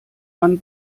man